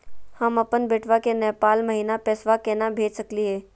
हम अपन बेटवा के नेपाल महिना पैसवा केना भेज सकली हे?